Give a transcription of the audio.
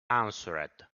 answered